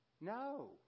No